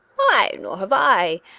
why, nor have i!